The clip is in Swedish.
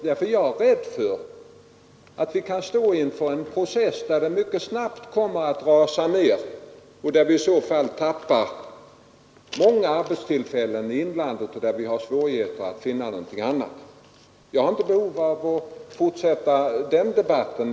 Jag är nämligen rädd för att vi kan stå inför en utveckling där antalet sågar mycket snabbt rasar ned, och i så fall tappar vi många arbetstillfällen i inlandet, där vi har stora svårigheter att finna andra. Jag har inte behov av att fortsätta den debatten.